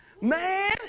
Man